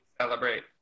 celebrate